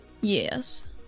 Yes